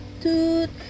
dude